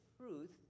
truth